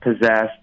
possessed